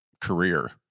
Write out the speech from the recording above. career